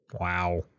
Wow